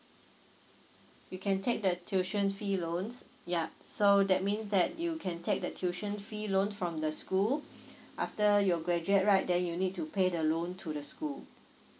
you can take that tuition fee loans yup so that means that you can take that tuition fee loan from the school after you're graduate right that you need to pay the loan to the school